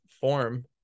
form